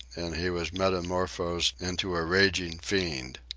and he was metamorphosed into a raging fiend.